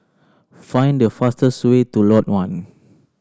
find the fastest way to Lot One